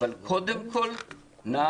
צריך קודם כל להילחם